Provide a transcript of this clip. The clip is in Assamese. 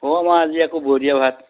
অঁ মই আজি আকৌ বৰতীয়া ভাত